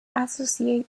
associated